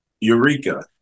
Eureka